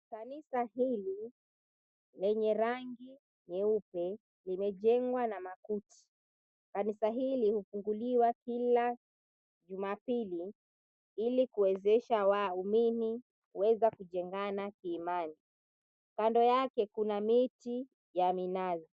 Kanisa hili lenye rangi nyeupe limejengwa na makuti. Kanisa hili hufunguliwa kila jumapili ili kuwezesha waumini k𝑢weza kujengana kiimani. Kando 𝑦ake kuna miti ya minazi.